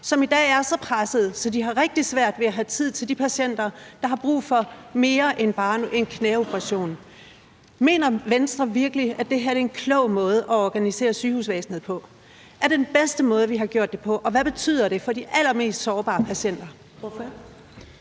som i dag er så pressede, at de har rigtig svært ved at få tid til de patienter, der har brug for mere end bare en knæoperation. Mener Venstre virkelig, at det her er en klog måde at organisere sygehusvæsenet på? Er det den bedste måde, vi har gjort det på? Og hvad betyder det for de allermest sårbare patienter?